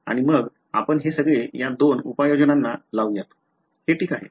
आणि मग आपण हे सगळे या दोन उपयोजनांना लाऊयात हे ठीक आहे